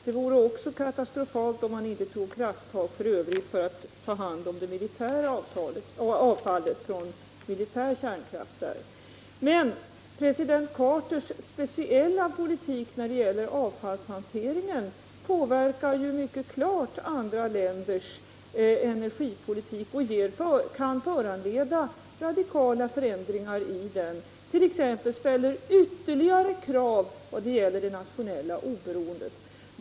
Det vore också katastrofalt om man inte i övrigt tog krafttag för att ta hand om avfallet från de militära kärnkraftverken. President Carters speciella politik när det gäller avfallshanteringen påverkar ju mycket klart andra länders energipolitik och kan föranleda radikala förändringar i denna, t.ex. att man ställer ytterligare krav som påverkar det nationella oberoendet.